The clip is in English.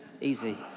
easy